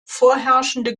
vorherrschende